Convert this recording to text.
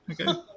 Okay